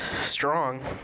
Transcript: Strong